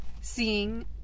seeing